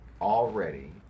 already